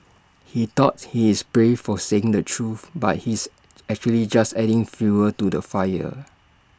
he thought he's brave for saying the truth but he's actually just adding fuel to the fire